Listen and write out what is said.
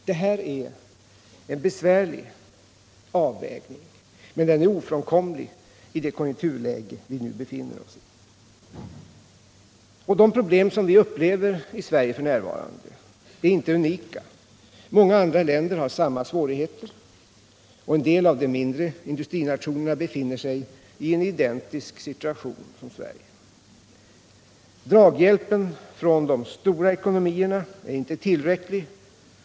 Det här är en besvärlig avvägning, men den är ofrånkomlig i det konjunkturläge vi nu befinner oss i. De problem som vi upplever i Sverige f. n. är inte unika. Många andra länder har samma svårigheter, och vissa av de mindre industrinationerna befinner sig i en situation som är identisk med den svenska. Draghjälpen från de stora ekonomierna är inte tillräcklig.